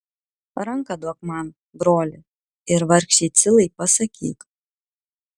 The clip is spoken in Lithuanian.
ranką duok man broli ir vargšei cilai pasakyk